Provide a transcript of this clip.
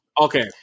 Okay